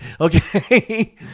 okay